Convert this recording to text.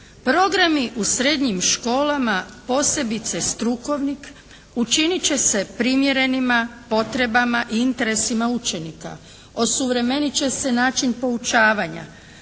Programi u srednjim školama posebice strukovnim učinit će se primjerenima potrebama i interesima učenika, osuvremenit će se način poučavanja,